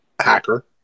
hacker